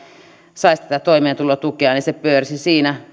saisi tätä toimeentulotukea se pyörisi siinä